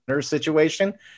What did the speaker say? situation